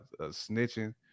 snitching